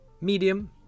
Medium